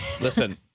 Listen